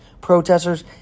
Protesters